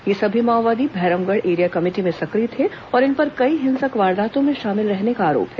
ये सभी माओवादी भैरमगढ़ एरिया कमेटी में सक्रिय थे और इन पर कई हिंसक वारदातों में शामिल रहने का आरोप है